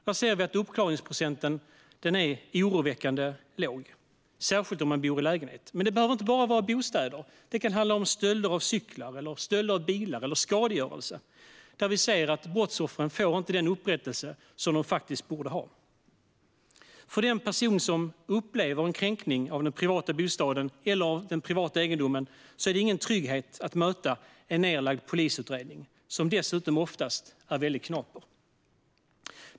Där ser vi att uppklaringsprocenten är oroväckande låg, särskilt när det gäller lägenheter. Men det behöver inte handla om bara bostäder. Det kan handla om stölder av cyklar, stölder av bilar eller skadegörelse. Där ser vi att brottsoffren inte får den upprättelse som de faktiskt borde ha. För den person som upplever en kränkning i fråga om den privata bostaden eller den privata egendomen är det ingen trygghet att möta en nedlagd polisutredning som dessutom oftast är mycket knaper.